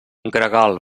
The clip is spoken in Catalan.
gregal